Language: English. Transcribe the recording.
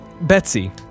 Betsy